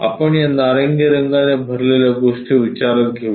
आपण या नारंगी रंगाने भरलेल्या गोष्टी विचारात घेऊ या